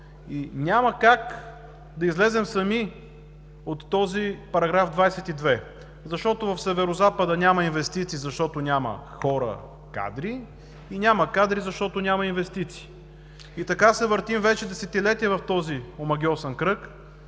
Няма как да излезем сами от този Параграф 22, защото в Северозапада няма инвестиции, защото няма хора, кадри и няма кадри, защото няма инвестиции. Така се въртим вече десетилетия в този омагьосан кръг.